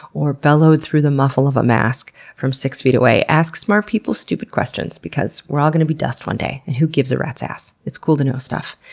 or bellowed through the muffle of a mask from six feet away ask smart people stupid questions because we're all going to be dust one day and who gives a rat's ass. it's cool to know stuff.